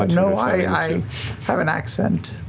but no, i i have an accent.